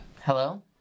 Hello